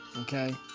Okay